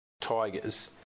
Tigers